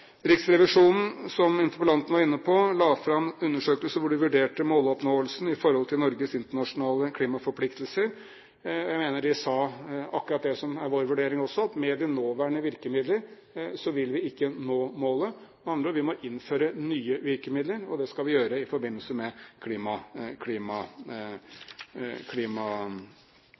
Riksrevisjonen, som interpellanten var inne på, la fram en undersøkelse hvor de vurderte måloppnåelsen i forhold til Norges internasjonale klimaforpliktelser. Jeg mener de sa akkurat det som er vår vurdering også, at med de nåværende virkemidler vil vi ikke nå målet. Med andre ord, vi må innføre nye virkemidler. Det skal vi gjøre i forbindelse med